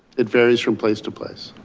it varies from place to place.